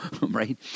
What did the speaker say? right